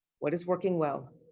what is working well?